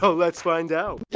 so let's find out. yeah